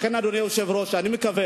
לכן, אדוני היושב-ראש, אני מקווה